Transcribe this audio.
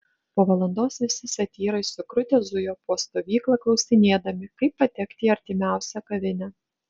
po valandos visi satyrai sukrutę zujo po stovyklą klausinėdami kaip patekti į artimiausią kavinę